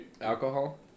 alcohol